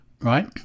right